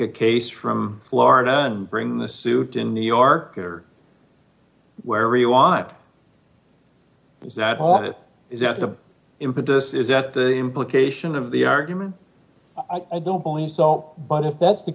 a case from florida and bring the suit in new york or where you want does that audit is that the impetus is that the implication of the argument i don't believe so but if that's the